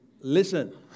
listen